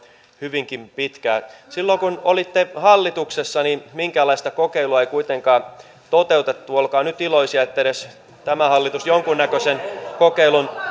hyvinkin pitkään silloin kun olitte hallituksessa minkäänlaista kokeilua ei kuitenkaan toteutettu olkaa nyt iloisia että edes tämä hallitus jonkunnäköisen kokeilun